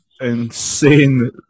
insane